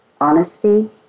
honesty